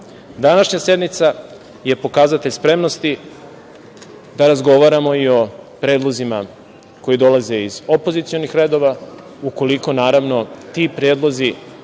RS.Današnja sednica je pokazatelj spremnosti da razgovaramo o predlozima koji dolaze iz opozicionih redova, ukoliko ti predlozi